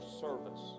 service